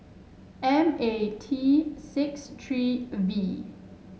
M A T six three V